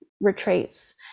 retreats